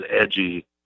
edgy